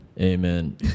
Amen